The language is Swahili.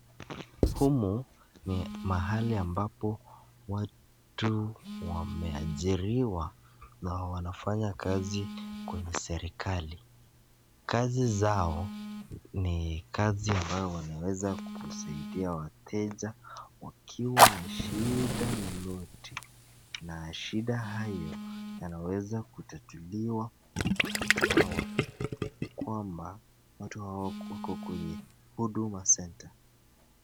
Humu ni mahali ambapo watu wameajiriwa na wanafurahia kazi kwenye serikali. Kazi zao ni kazi ambayo wanaweza kusaidia wateja wakiwa na shida lolote. Na shida hayo yanaweza kutatuliwa na watu hawa, kwamba watu hawa wako kwenye Huduma Centre.